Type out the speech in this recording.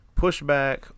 pushback